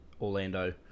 Orlando